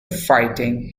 fighting